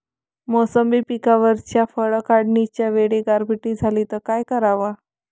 मोसंबी पिकावरच्या फळं काढनीच्या वेळी गारपीट झाली त काय कराव?